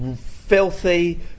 filthy